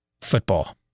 football